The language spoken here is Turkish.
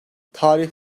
tarih